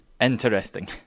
interesting